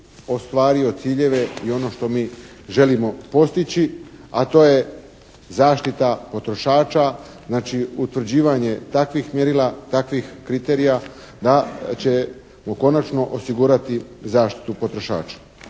ostvario ciljeve i ono što mi želimo postići, a to je zaštita potrošača. Znači, utvrđivanje takvih mjerila, takvih kriterija da ćemo konačno osigurati zaštitu potrošača.